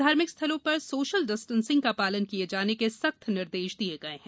धार्मिक स्थलों पर सोशल डिस्टेंसिंग का पालन किये जाने के सख्त निर्देश दिये गये हैं